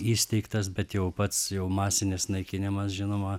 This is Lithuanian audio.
įsteigtas bet jau pats jau masinis naikinimas žinoma